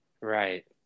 right